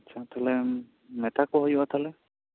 ᱟᱪᱪᱷᱟ ᱛᱟᱦᱚᱞᱮ ᱢᱮᱛᱟᱠᱚ ᱦᱩᱭᱩᱜᱼᱟ ᱛᱟᱦᱚᱞᱮ